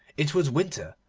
it was winter,